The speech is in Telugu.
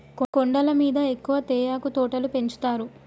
కొండల మీద ఎక్కువ తేయాకు తోటలు పెంచుతారు